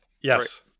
Yes